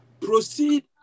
proceed